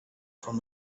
from